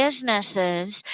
businesses